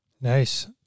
Nice